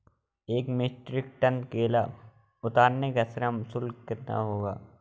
एक metric ton केला उतारने का श्रम शुल्क कितना होगा?